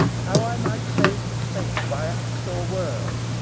how i might save the state by act or word.